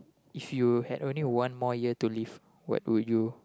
if you had only one more year to live what would you